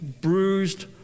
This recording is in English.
bruised